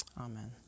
Amen